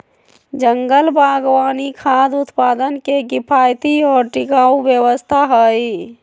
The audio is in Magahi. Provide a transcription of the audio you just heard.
जंगल बागवानी खाद्य उत्पादन के किफायती और टिकाऊ व्यवस्था हई